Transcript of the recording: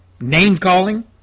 Name-calling